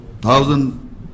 thousand